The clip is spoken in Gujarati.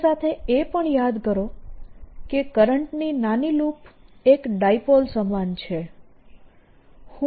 સાથે સાથે એ પણ યાદ કરો કે કરંટની નાની લૂપ એક ડાયપોલ સમાન છે